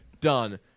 done